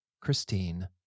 Christine